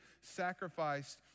sacrificed